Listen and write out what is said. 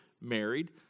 married